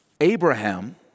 Abraham